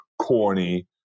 corny